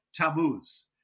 Tammuz